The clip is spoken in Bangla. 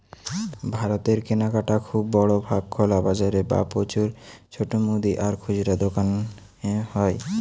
ভারতের কেনাকাটা খুব বড় ভাগ খোলা বাজারে বা প্রচুর ছোট মুদি আর খুচরা দোকানে হয়